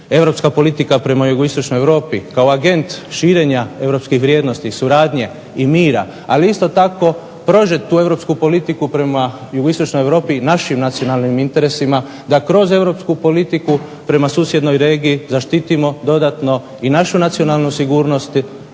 Europska politika prema jugoistočnoj Europi kao agent širenja europskih vrijednosti i suradnje i mira, ali isto tako prožet tu europsku politiku prema jugoistočnoj Europi i našim nacionalnim interesima da kroz europsku politiku prema susjednoj regiji zaštitimo dodatno i naše nacionalnu sigurnost,